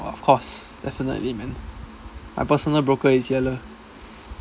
of course definitely man my personal broker is yaller